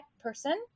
person